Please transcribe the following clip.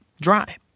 dry